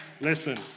Listen